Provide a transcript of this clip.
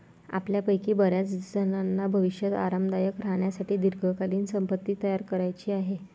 आपल्यापैकी बर्याचजणांना भविष्यात आरामदायक राहण्यासाठी दीर्घकालीन संपत्ती तयार करायची आहे